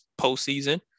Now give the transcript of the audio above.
postseason